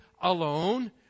alone